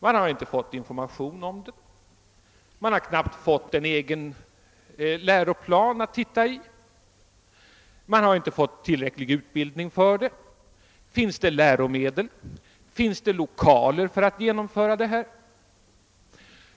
Man har inte fått information om reformen, man har knappt fått en egen läroplan att se i, man har inte erhållit tillräcklig utbildning för det nya. Finns det läromedel, finns det lokaler för att genomföra den?